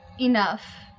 Enough